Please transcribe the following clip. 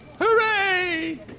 Hooray